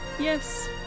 yes